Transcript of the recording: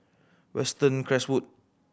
Western Creswood